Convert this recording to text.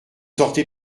sortez